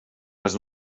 les